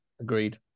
Agreed